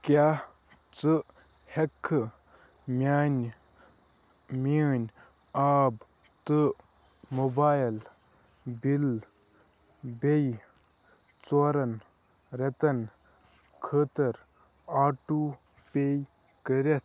کیٛاہ ژٕ ہٮ۪ککھٕ میٛانہِ میٛٲنۍ آب تہٕ موبایِل بِل بیٚیہِ ژورن رٮ۪تن خٲطر آٹوٗ پے کٔرِتھ